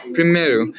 Primeiro